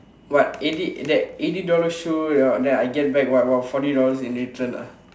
what eighty that eighty dollar shoe know that I get back what what forty dollar in return ah